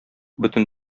бөтен